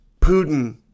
Putin